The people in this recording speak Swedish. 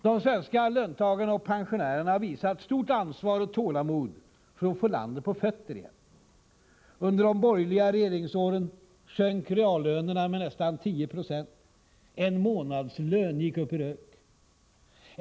De svenska löntagarna och pensionärerna har visat stort ansvar och tålamod för att få landet på fötter igen. Under de borgerliga regeringsåren sjönk reallönerna med nästan 10 20. En månadslön gick upp i rök.